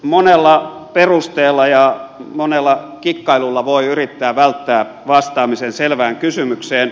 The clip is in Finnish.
monella perusteella ja monella kikkailulla voi yrittää välttää vastaamisen selvään kysymykseen